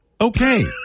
Okay